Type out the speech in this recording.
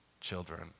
children